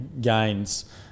gains